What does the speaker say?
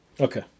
okay